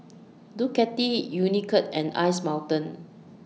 Ducati Unicurd and Ice Mountain